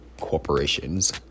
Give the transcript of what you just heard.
corporations